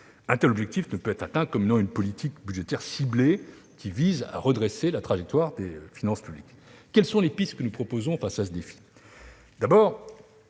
Un tel objectif ne peut être atteint qu'en menant une politique budgétaire ciblée visant à redresser la trajectoire des finances publiques. Quelles pistes proposons-nous face à ce défi ?